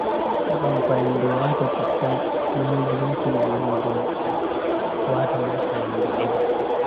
Heban fayande wata citta, manda be kuje urnugo hako. Wata ha fayande defa.